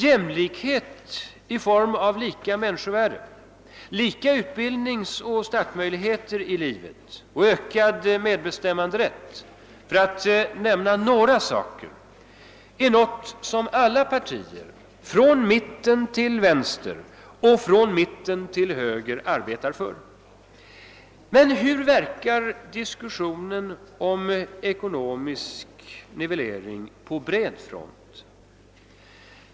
Jämlikhet i form av lika människovärde, lika utbildningsoch startmöjligheter i livet och ökad medbestämmanderätt, för att nämna några saker, är något som alla partier från mitten till vänster och från mitten till höger arbetar för. Men hur verkar diskussionen om ekonomisk nivellering på bred front?